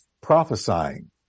prophesying